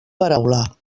paraula